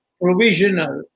provisional